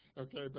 okay